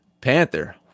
Panther